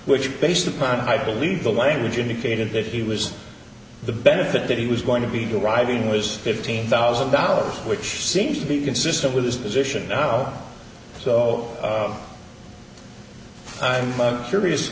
which based upon i believe the language indicated that he was the benefit that he was going to be deriving was fifteen thousand dollars which seems to be consistent with his position so i'm curious